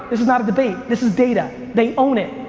this is not a debate, this is data, they own it.